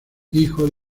hijo